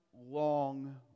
long